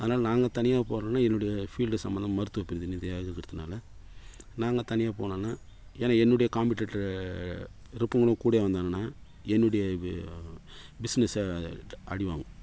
அதனால் நாங்கள் தனியாக போகிறோன்னா என்னுடைய ஃபீல்டு சம்மந்தம் மருத்துவ பிரதிநிதியாக இருக்கறதுனால நாங்கள் தனியாக போனோம்ன்னா ஏன்னா என்னுடைய காம்படீட்டரு ரெப்புங்களும் கூடவே வந்தாங்கன்னா என்னுடைய பிஸ்னெஸ்ஸு அடி வாங்கும்